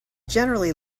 generally